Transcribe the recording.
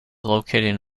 located